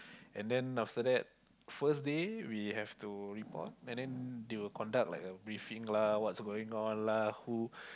and then after that first day we have to report and then they will conduct like a briefing lah what's going on lah who